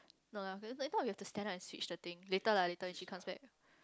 no lah I thought I thought we have to stand up and switch the thing later lah later when she comes back